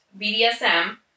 BDSM